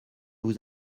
vous